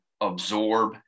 absorb